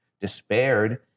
despaired